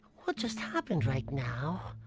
what just happened right now?